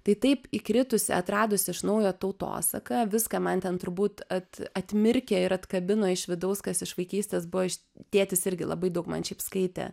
tai taip įkritusi atradusi iš naujo tautosaką viską man ten turbūt at atmirkė ir atkabino iš vidaus kas iš vaikystės buvo iš tėtis irgi labai daug man šiaip skaitė